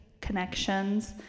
connections